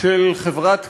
של חברת כי"ל,